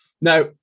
Now